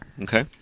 Okay